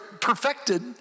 perfected